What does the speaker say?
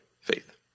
faith